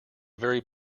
very